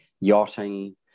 yachting